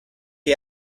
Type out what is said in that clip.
que